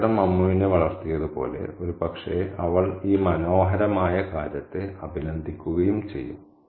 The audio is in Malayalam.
നഗരം അമ്മുവിനെ വളർത്തിയതുപോലെ ഒരുപക്ഷേ അവൾ ഈ മനോഹരമായ കാര്യത്തെ അഭിനന്ദിക്കുകയും ചെയ്യും